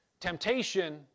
Temptation